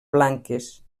blanques